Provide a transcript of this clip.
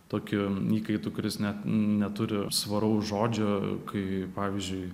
tokiu įkaitu kuris net neturi svaraus žodžio kai pavyzdžiui